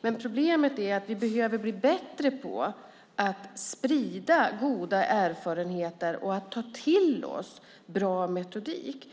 Men man behöver bli bättre på att sprida goda erfarenheter och ta till sig bra metodik.